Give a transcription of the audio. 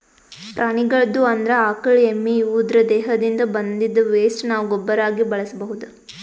ಪ್ರಾಣಿಗಳ್ದು ಅಂದ್ರ ಆಕಳ್ ಎಮ್ಮಿ ಇವುದ್ರ್ ದೇಹದಿಂದ್ ಬಂದಿದ್ದ್ ವೆಸ್ಟ್ ನಾವ್ ಗೊಬ್ಬರಾಗಿ ಬಳಸ್ಬಹುದ್